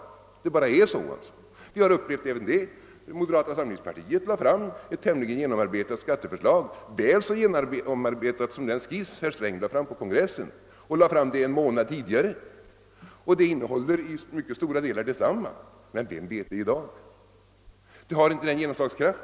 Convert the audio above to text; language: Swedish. Det är bara så; vi har upplevt även detta. Moderata samlingspartiet framlade ett tämligen genomarbetat skatteförslag — det är lika genomarbetat som den skiss som finansminister Sträng presenterade på kongressen —, men moderata samlingspartiet gjorde detta en månad tidigare. I mycket stora delar är innehållet detsamma som skissens, men vem vet det i dag. Vårt förslag har inte samma genomslagskraft.